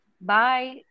bye